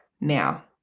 Now